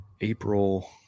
April